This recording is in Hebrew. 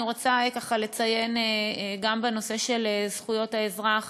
אני רוצה ככה לציין גם בנושא של זכויות האזרח.